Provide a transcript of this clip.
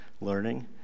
learning